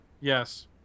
Yes